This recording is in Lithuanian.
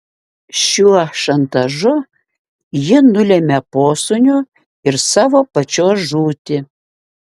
šiuo šantažu ji nulemia posūnio ir savo pačios žūtį